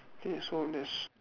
ok so this